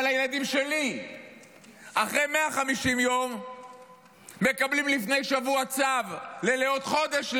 אבל הילדים שלי אחרי 150 יום מקבלים לפני שבוע צו לעוד חודש,